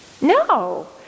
No